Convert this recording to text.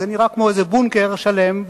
זה נראה כמו בונקר שלם,